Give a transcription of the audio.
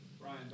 Brian